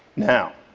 now,